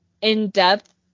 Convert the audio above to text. in-depth